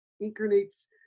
incarnates